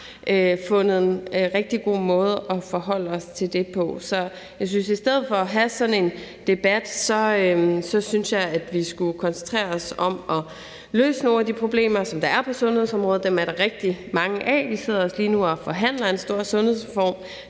fundet en rigtig god måde at forholde os til det på. Så i stedet for at have sådan en debat synes jeg, at vi skulle koncentrere os om at løse nogle af de problemer, der er på sundhedsområdet. Dem er der rigtig mange af. Vi sidder lige nu og forhandler om en stor sundhedsreform.